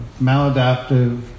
Maladaptive